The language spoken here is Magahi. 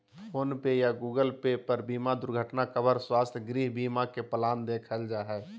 फोन पे या गूगल पे पर बीमा दुर्घटना कवर, स्वास्थ्य, गृह बीमा के प्लान देखल जा हय